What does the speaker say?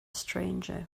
stranger